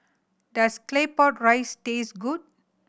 does Claypot Rice taste good